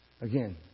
Again